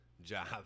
job